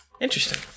Interesting